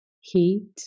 heat